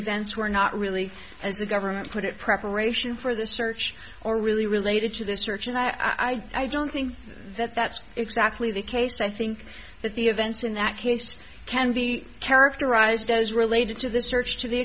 events were not really as the government put it preparation for the search or really related to this search and i don't think that that's exactly the case i think that the events in that case can be characterized as related to this search to the